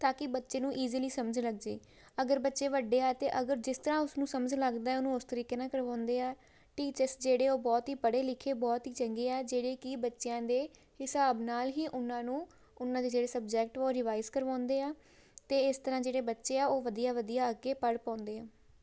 ਤਾਂ ਕਿ ਬੱਚੇ ਨੂੰ ਈਜ਼ੀਲੀ ਸਮਝ ਲੱਗ ਜੇ ਅਗਰ ਬੱਚੇ ਵੱਡੇ ਆ ਅਤੇ ਅਗਰ ਜਿਸ ਤਰ੍ਹਾਂ ਉਸਨੂੰ ਸਮਝ ਲੱਗਦਾ ਉਹਨੂੰ ਉਸ ਤਰੀਕੇ ਨਾਲ ਕਰਵਾਉਂਦੇ ਆ ਟੀਚਰਸ ਜਿਹੜੇ ਉਹ ਬਹੁਤ ਹੀ ਪੜ੍ਹੇ ਲਿਖੇ ਬਹੁਤ ਹੀ ਚੰਗੇ ਆ ਜਿਹੜੇ ਕਿ ਬੱਚਿਆਂ ਦੇ ਹਿਸਾਬ ਨਾਲ ਹੀ ਉਨ੍ਹਾਂ ਨੂੰ ਉਨ੍ਹਾਂ ਦੇ ਜਿਹੜੇ ਸਬਜੈਕਟ ਉਹ ਰਿਵਾਈਜ਼ ਕਰਵਾਉਂਦੇ ਆ ਅਤੇ ਇਸ ਤਰ੍ਹਾਂ ਜਿਹੜੇ ਬੱਚੇ ਆ ਉਹ ਵਧੀਆ ਵਧੀਆ ਅੱਗੇ ਪੜ੍ਹ ਪਾਉਂਦੇ ਆ